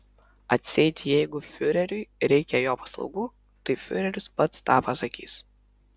atseit jeigu fiureriui reikia jo paslaugų tai fiureris pats tą pasakys